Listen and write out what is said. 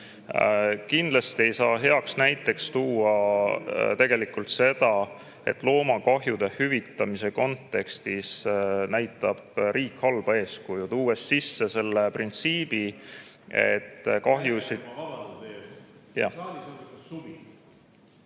Kindlasti ei saa heaks näiteks tuua tegelikult seda, et loomakahjude hüvitamisel näitab riik halba eeskuju, tuues sisse selle printsiibi, et kahjusid